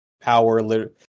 power